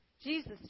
Jesus